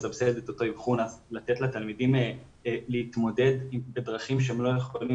לסבסד את אותו אבחון אז לתת לתלמידים להתמודד בדרכים שהם לא יכולים